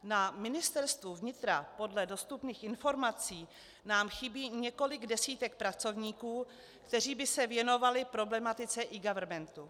Na Ministerstvu vnitra podle dostupných informací nám chybí několik desítek pracovníků, kteří by se věnovali problematice eGovernmentu.